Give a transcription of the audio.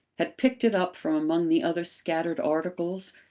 had picked it up from among the other scattered articles,